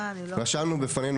רשמנו בפנינו,